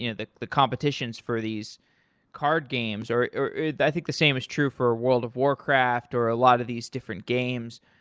you know the the competitions for these card games are i think the same as true for world of warcraft or a lot of these different games,